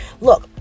look